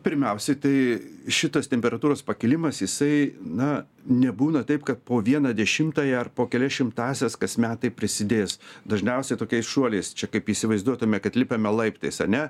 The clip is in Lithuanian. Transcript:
pirmiausiai tai šitas temperatūros pakilimas jisai na nebūna taip kad po vieną dešimtąją ar po kelias šimtąsias kas metai prisidės dažniausiai tokiais šuoliais čia kaip įsivaizduotume kad lipame laiptais ane